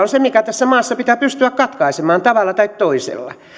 on se mikä tässä maassa pitää pystyä katkaisemaan tavalla tai toisella